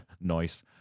noise